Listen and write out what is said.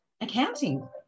accounting